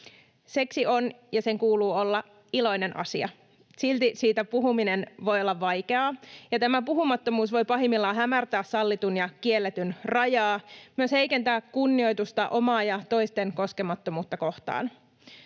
Seksi on ja sen kuuluu olla iloinen asia. Silti siitä puhuminen voi olla vaikeaa. Tämä puhumattomuus voi pahimmillaan hämärtää sallitun ja kielletyn rajaa, ja myös heikentää kunnioitusta omaa ja toisten koskemattomuutta kohtaan.